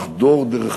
לחדור דרך